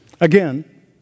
Again